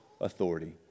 authority